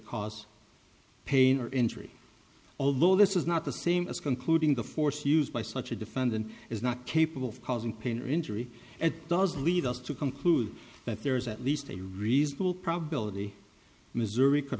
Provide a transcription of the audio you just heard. cause pain or injury although this is not the same as concluding the force used by such a defendant is not capable of causing pain or injury and does lead us to conclude that there is at least a reasonable probability missouri could